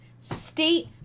state